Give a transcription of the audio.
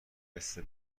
مثل